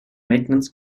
maintenance